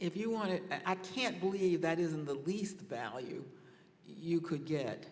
if you want to i can't believe that isn't the least value you could get